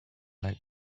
like